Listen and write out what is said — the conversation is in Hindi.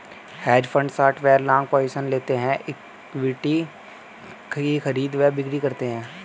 हेज फंड शॉट व लॉन्ग पोजिशंस लेते हैं, इक्विटीज की खरीद व बिक्री करते हैं